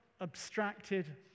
abstracted